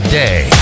day